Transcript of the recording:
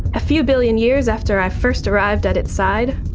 a few billion years after i first arrived at its side,